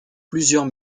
plusieurs